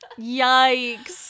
Yikes